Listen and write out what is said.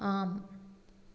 ஆம்